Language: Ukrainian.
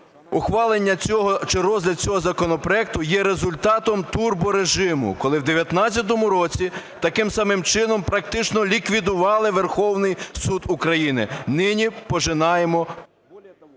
ухвалення цього… чи розгляд цього законопроекту є результатом турборежиму, коли в 19-му році таким самим чином практично ліквідували Верховний Суд України. Нині пожинаємо…